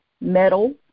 metal